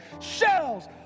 Shells